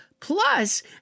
Plus